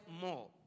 more